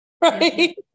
right